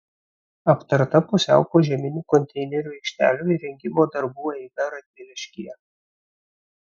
aptarta pusiau požeminių konteinerių aikštelių įrengimo darbų eiga radviliškyje